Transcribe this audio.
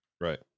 Right